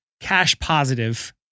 cash-positive